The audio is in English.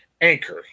Anchor